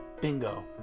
Bingo